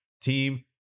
team